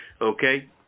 okay